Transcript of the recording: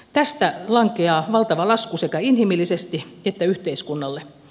tästä lankeaa valtava lasku sekä inhimillisesti että yhteiskunnalle